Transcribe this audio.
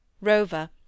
Rover